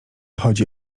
chodzi